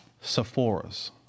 Sephora's